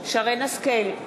שרן השכל,